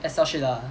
excel sheet ah